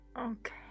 Okay